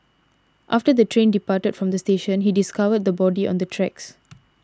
after the train departed from the station he discovered the body on the tracks